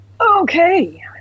Okay